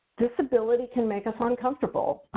disability can make us uncomfortable.